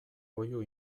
oihu